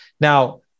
Now